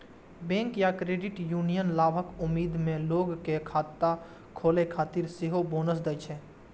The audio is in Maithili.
बैंक या क्रेडिट यूनियन लाभक उम्मीद मे लोग कें खाता खोलै खातिर सेहो बोनस दै छै